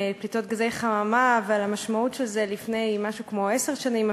פליטות גזי חממה ועל המשמעות של זה לפני משהו כמו עשר שנים,